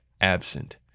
absent